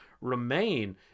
remain